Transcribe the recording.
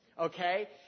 okay